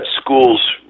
schools